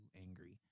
angry